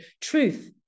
Truth